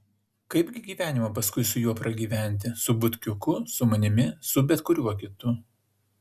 kaipgi gyvenimą paskui su juo pragyventi su butkiuku su manimi su bet kuriuo kitu